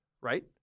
right